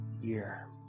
year